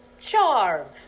charmed